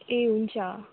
ए हुन्छ